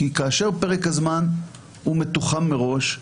כי כאשר פרק הזמן מתוחם מראש,